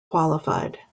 qualified